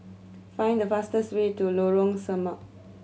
find the fastest way to Lorong Samak